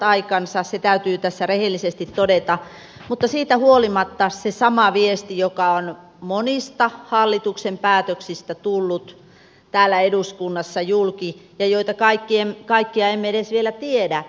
se täytyy tässä rehellisesti todeta mutta siitä huolimatta on se sama viesti joka on monista hallituksen päätöksistä tullut täällä eduskunnassa julki ja niitä kaikkia emme edes vielä tiedä